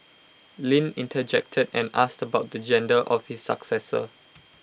Lin interjected and asked about the gender of his successor